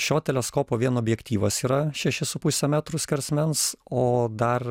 šio teleskopo vien objektyvas yra šeši su puse metrų skersmens o dar